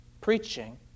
preaching